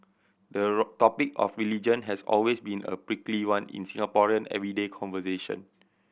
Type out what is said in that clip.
the topic of religion has always been a prickly one in Singaporean everyday conversation